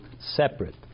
separate